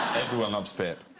everyone loves pip.